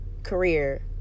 career